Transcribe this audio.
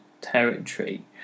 territory